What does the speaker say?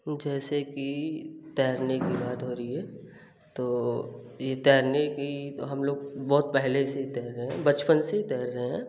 जैसे की तैरने की बात हो रही है तो ये तैरने की तो हम लोग बहुत पहले से ही तैर रहे हैं बचपन से ही तैर रहे हैं